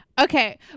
okay